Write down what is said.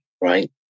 right